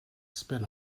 spin